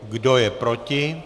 Kdo je proti?